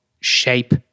shape